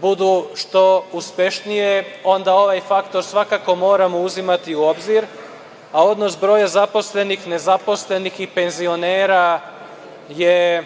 budu što uspešnije, onda ovaj faktor svakako moramo uzimati u obzir, a odnos broja zaposlenih, nezaposlenih i penzionera je